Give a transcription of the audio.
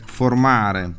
formare